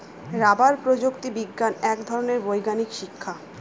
rubber প্রযুক্তি বিজ্ঞান এক ধরনের বৈজ্ঞানিক শিক্ষা